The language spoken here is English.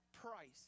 price